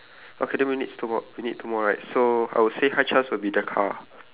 okay then we need two more two more right so I will say high chance will be the car